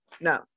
No